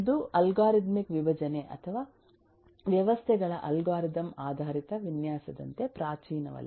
ಇದು ಅಲ್ಗಾರಿದಮಿಕ್ ವಿಭಜನೆ ಅಥವಾ ವ್ಯವಸ್ಥೆಗಳ ಅಲ್ಗಾರಿದಮ್ ಆಧಾರಿತ ವಿನ್ಯಾಸದಂತೆ ಪ್ರಾಚೀನವಲ್ಲ